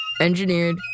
Engineered